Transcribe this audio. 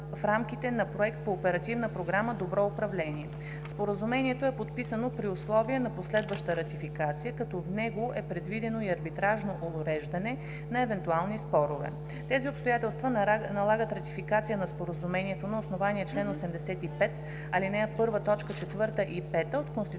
като в него е предвидено и арбитражно уреждане на евентуални спорове. Тези обстоятелства налагат ратификация на Споразумението на основание чл. 85, ал. 1, т. 4 и 5 от Конституцията